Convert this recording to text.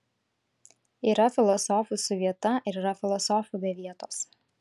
yra filosofų su vieta ir yra filosofų be vietos